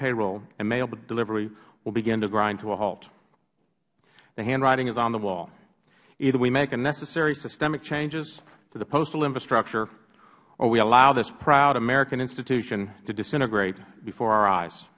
payroll and mail delivery will begin to grind to a halt the handwriting is on the wall either we make the necessary systemic changes to the postal infrastructure or we allow this proud american institution to disintegrate before